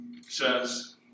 says